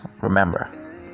Remember